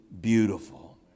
beautiful